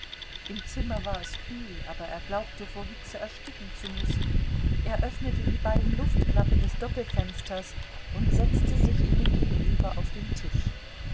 im zimmer war es kühl aber er glaubte vor hitze ersticken zu müssen er öffnete die beiden luftklappen des doppelfensters und setzte sich ihnen gegenüber auf den tisch